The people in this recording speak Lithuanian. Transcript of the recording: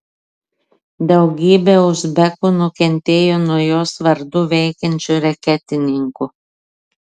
daugybė uzbekų nukentėjo nuo jos vardu veikiančių reketininkų